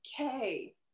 Okay